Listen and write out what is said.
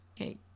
okay